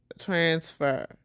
transfer